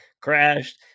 crashed